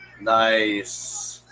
Nice